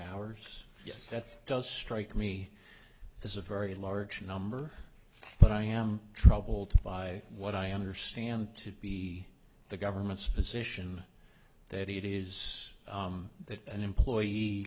yes that does strike me as a very large number but i am troubled by what i understand to be the government's position that it is that an employee